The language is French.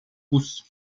pouce